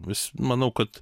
vis manau kad